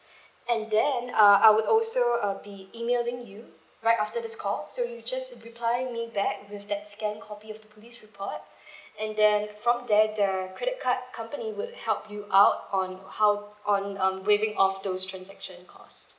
and then uh I would also uh be emailing you right after this call so you just reply me back with that scanned copy of the police report and then from there the credit card company would help you out on how on um waiving off those transaction cost